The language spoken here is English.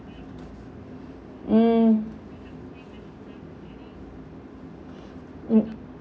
mm mm